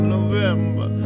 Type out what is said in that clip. November